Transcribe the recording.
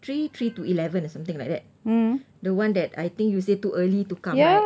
three three to eleven or something like that the one that I think you say too early to come right